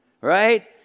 Right